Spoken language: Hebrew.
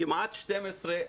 כמעט 12,